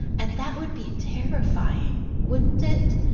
and that would be terrifying, wouldn't it,